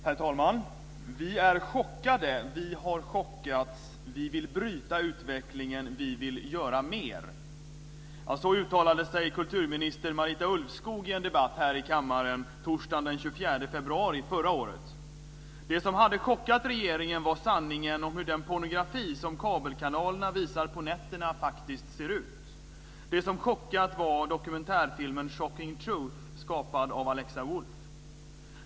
Herr talman! Vi är chockade. Vi har chockats. Vi vill bryta utvecklingen. Vi vill göra mer. Så uttalade sig kulturminister Marita Ulvskog i en debatt här i kammaren torsdagen den 24 februari förra året. Det som hade chockat regeringen var sanningen om hur den pornografi som kabelkanalerna visar på nätterna faktiskt ser ut. Det som chockat var dokumentärfilmen Shocking Truth skapad av Alexa Wolf.